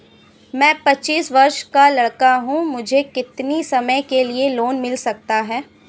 मैं पच्चीस वर्ष का लड़का हूँ मुझे कितनी समय के लिए लोन मिल सकता है?